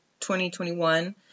2021